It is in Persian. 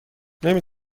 نمی